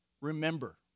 Remember